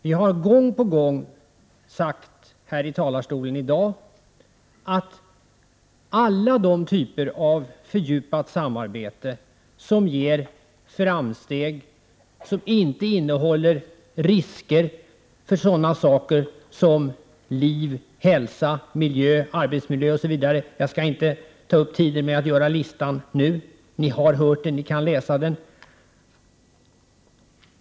Vi har gång på gång sagt här i talarstolen i dag att vi är för alla de typer av fördjupat samarbete som ger framsteg, som inte innehåller risker för liv, hälsa, miljö, arbetsmiljö osv. — jag skall inte ta upp tiden med att räkna upp hela listan. Ni har hört den. Ni kan läsa den.